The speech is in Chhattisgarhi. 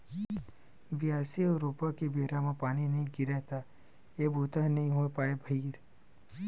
बियासी अउ रोपा के बेरा म पानी नइ गिरय त ए बूता ह नइ हो पावय भइर